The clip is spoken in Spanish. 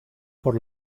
por